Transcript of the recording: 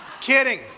kidding